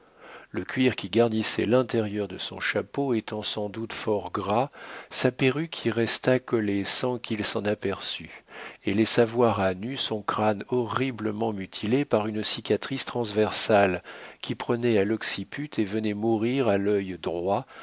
le cuir qui garnissait l'intérieur de son chapeau étant sans doute fort gras sa perruque y resta collée sans qu'il s'en aperçût et laissa voir à nu son crâne horriblement mutilé par une cicatrice transversale qui prenait à l'occiput et venait mourir à l'œil droit